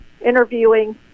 interviewing